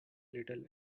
little